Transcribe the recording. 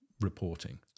reporting